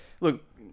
Look